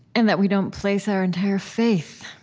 and that we don't place our entire faith